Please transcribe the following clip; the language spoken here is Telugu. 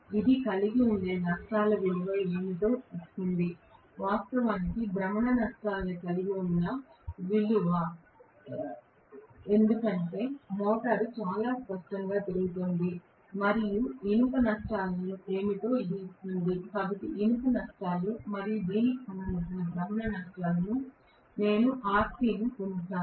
ఇది కలిగి ఉండే నష్టాల విలువ ఏమిటో ఇస్తుంది వాస్తవానికి భ్రమణ నష్టాలను కలిగి ఉన్న విలువ ఎందుకంటే మోటారు చాలా స్పష్టంగా తిరుగుతోంది మరియు ఇనుప నష్టాలు ఏమిటో ఇది ఇస్తుంది కాబట్టి ఇనుప నష్టాలు మరియు దీనికి సంబంధించిన భ్రమణ నష్టాలు నేను Rc ను పొందగలుగుతాను